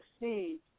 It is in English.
see